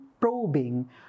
probing